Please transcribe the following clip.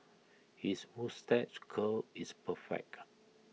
his moustache curl is perfect